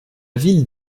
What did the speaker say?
ville